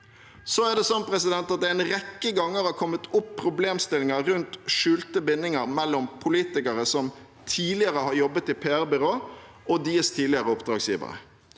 konkret begrunnet. Det har en rekke ganger kommet opp problemstillinger rundt skjulte bindinger mellom politikere som tidligere har jobbet i PR-byrå, og deres tidligere oppdragsgivere.